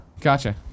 gotcha